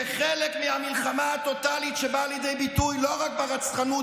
זה חלק מהמלחמה הטוטלית שבאה לידי ביטוי לא רק ברצחנות